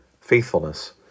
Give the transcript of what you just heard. faithfulness